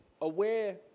aware